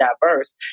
diverse